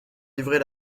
livrer